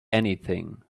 anything